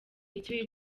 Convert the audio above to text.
iki